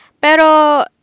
Pero